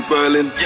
Berlin